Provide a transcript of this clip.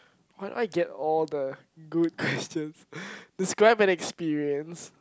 why why do I get all the good questions describe an experience